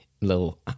little